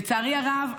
לצערי הרב,